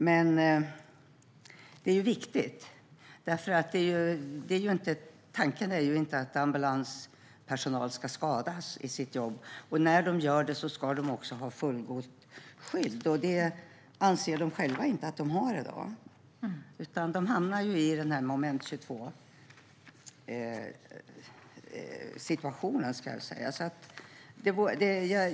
Men detta är viktigt. Tanken är ju inte att ambulanspersonal ska skadas i sitt jobb, och när det sker ska de ha fullgott skydd. Det anser de själva inte att de har i dag, utan de hamnar i en moment 22-situation.